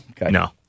No